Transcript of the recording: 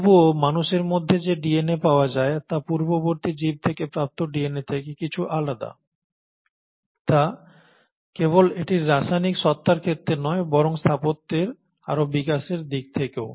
তবুও মানুষের মধ্যে যে ডিএনএ পাওয়া যায় তা পূর্ববর্তী জীব থেকে প্রাপ্ত ডিএনএ থেকে কিছুটা আলাদা তা কেবল এটির রাসায়নিক সত্তার ক্ষেত্রে নয় বরং স্থাপত্যের আরও বিকাশের দিক থেকেও